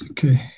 Okay